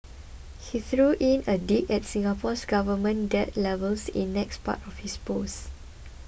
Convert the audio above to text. he threw in a dig at Singapore's government debt levels in next part of his post